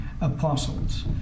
apostles